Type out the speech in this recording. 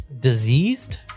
diseased